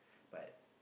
but